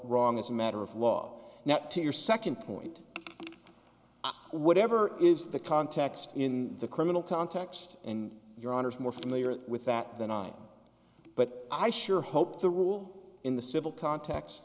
wrong as a matter of law now to your second point whatever is the context in the criminal context in your honour's more familiar with that than i but i sure hope the rule in the civil context